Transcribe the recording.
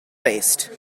faced